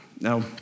Now